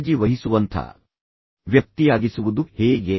ಕಾಳಜಿ ವಹಿಸುವಂಥ ವ್ಯಕ್ತಿಯಾಗಿಸುವುದು ಹೇಗೆ